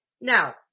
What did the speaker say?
Now